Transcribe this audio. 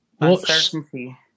uncertainty